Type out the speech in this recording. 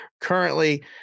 Currently